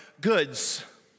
goods